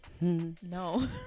No